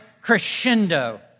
crescendo